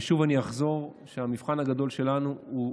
ושוב אני אחזור שהמבחן הגדול שלנו הוא